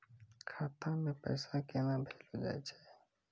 खाता से पैसा केना भेजलो जाय छै?